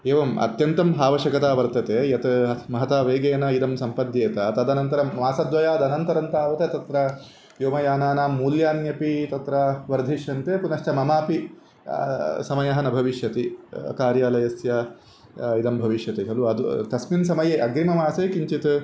एवम् अत्यन्तं आवश्यकता वर्तते यत् महता वेगेन इदं सम्पद्येत तदनन्तरं मासद्वयादनन्तरं तावत् तत्र व्योमयानानां मूल्यान्यपि तत्र वर्धिष्यन्ते पुनश्च ममापि समयः न भविष्यति कार्यालयस्य इदं भविष्यति खलु अतः तस्मिन् समये अग्रिममासे किञ्चित्